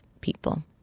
people